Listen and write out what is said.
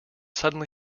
suddenly